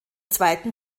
zweiten